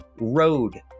road